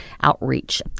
outreach